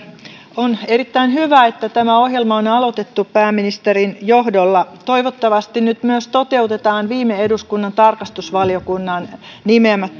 on erittäin hyvä että tämä ohjelma on on aloitettu pääministerin johdolla toivottavasti nyt myös toteutetaan viime eduskunnan tarkastusvaliokunnan nimeämät